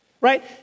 right